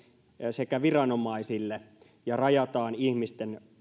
sekä viranomaisille ja rajataan ihmisten